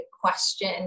question